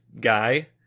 guy